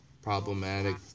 problematic